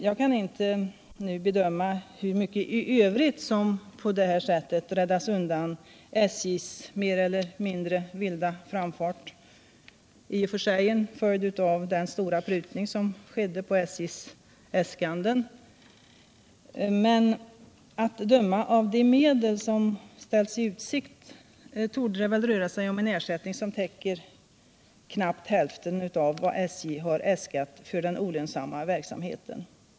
Jag kan inte nu bedöma hur mycket i övrigt som på detta sätt räddats undan SJ:s mer eller mindre vilda framfart — i och för sig en följd av den stora prutning som skedde på SJ:s äskanden — men att döma av de medel som ställts i utsikt torde det röra sig om en ersättning som täcker knappt hälften av vad SJ har äskat på den olönsamma verksamheten.